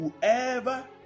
whoever